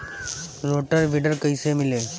Rotor weeder कईसे मिले?